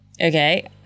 Okay